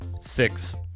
Six